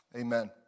Amen